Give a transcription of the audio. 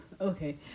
okay